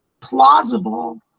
plausible